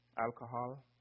alcohol